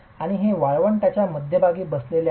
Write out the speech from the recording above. आणि हे वाळवंटाच्या मध्यभागी बसले आहे